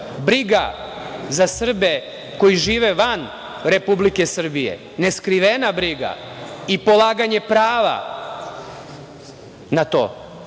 briga za Srbe koji žive van Republike Srbije, neskrivena briga i polaganje prava na to,